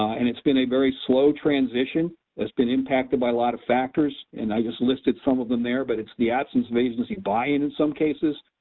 and it's been a very slow transition that's been impacted by a lot of factors and i just listed some of them there but it's the absence of agency buy-in in some cases,